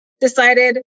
decided